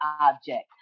object